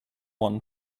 one